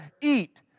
eat